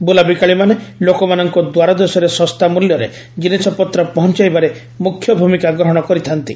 ବ୍ଲାବିକାଳିମାନେ ଲୋକମାନଙ୍କ ଦ୍ୱାରଦେଶରେ ଶସ୍ତା ମୂଲ୍ୟରେ ଜିନିଷପତ୍ର ପହଂଚାଇବାରେ ମୁଖ୍ୟ ଭୂମିକା ଗ୍ରହଣ କରିଥା'ନ୍ତି